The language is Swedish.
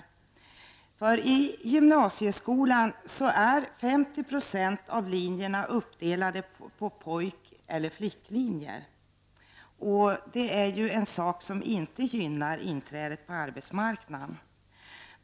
gymnasieskolan är 50 % av linjerna uppdelade på pojk eller flicklinjer. Detta gynnar inte inträde på arbetsmarknaden.